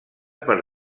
per